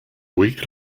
week